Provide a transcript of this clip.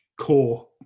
core